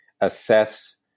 assess